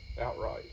Outright